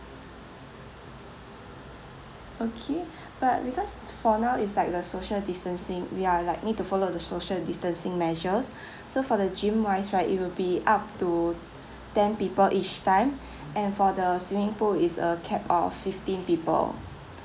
okay but because for now it's like the social distancing we are likely to follow the social distancing measures so for the gym wise right it will be up to ten people each time and for the swimming pool is a cap of fifteen people